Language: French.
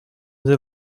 nous